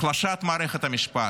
החלשת מערכת המשפט,